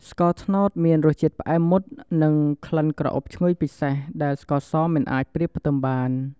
ស្ករត្នោតមានរសជាតិផ្អែមមុត និងក្លិនក្រអូបឈ្ងុយពិសេស ដែលស្ករសមិនអាចប្រៀបផ្ទឹមបាន។